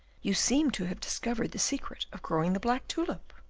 you seem to have discovered the secret of growing the black tulip?